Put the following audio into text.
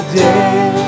day